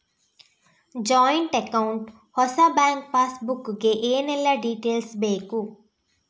Joint account ಹೊಸ bank passbook ಗೆ ಏನೆಲ್ಲ ಡೀಟೇಲ್ಸ್ ಬೇಕು?